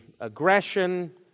aggression